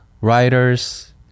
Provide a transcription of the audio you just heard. writers